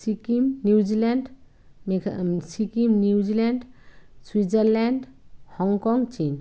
Sikkim New Zealand মেঘ Sikkim New Zealand Switzerland Hong Kong চীন